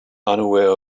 unaware